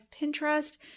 Pinterest